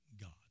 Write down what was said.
God